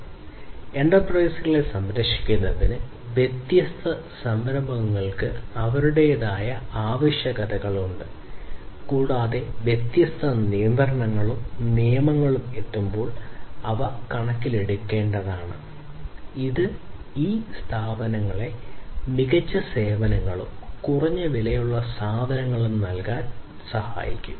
അതിനാൽ എന്റർപ്രൈസുകളെ സംരക്ഷിക്കുന്നതിന് വ്യത്യസ്ത സംരംഭങ്ങൾക്ക് അവരുടേതായ ആവശ്യകതകളുണ്ട് കൂടാതെ വ്യത്യസ്ത നിയന്ത്രണങ്ങളും നിയമങ്ങളും എത്തുമ്പോൾ അവ കണക്കിലെടുക്കേണ്ടതാണ് ഇത് ഈ സ്ഥാപനങ്ങളെ മികച്ച സേവനങ്ങളും കുറഞ്ഞ വിലയുള്ള സാധനങ്ങളും നൽകാൻ ഈ സ്ഥാപനങ്ങളെ സഹായിക്കും